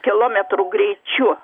kilometrų greičiu